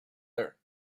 her